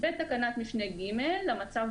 בתקנת משנה (ג) של כלל עובדי הטיס למצב